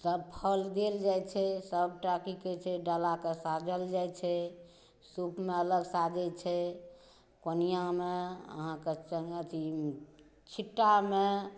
सब फल देल जाइ छै सबटा कि कहै छै डालाके साजल जाइ छै सूपमे अलग साजै छै कोनिआमे अहाँके अथी छिट्टामे